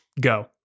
go